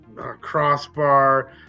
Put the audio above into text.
crossbar